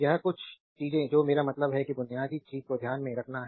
यह कुछ चीजें जो मेरा मतलब है कि बुनियादी चीज को ध्यान में रखना है